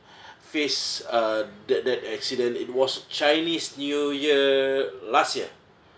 face uh that that accident it was chinese new year last year